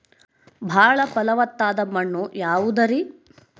ಬಾಳ ಫಲವತ್ತಾದ ಮಣ್ಣು ಯಾವುದರಿ?